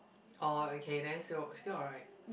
oh okay then still still alright